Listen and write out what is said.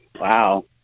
Wow